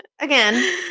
Again